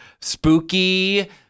Spooky